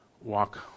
walk